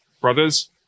brothers